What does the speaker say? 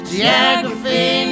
Geography